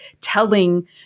telling